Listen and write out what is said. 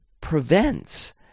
prevents